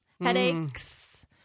headaches